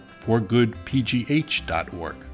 forgoodpgh.org